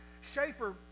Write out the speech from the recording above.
Schaefer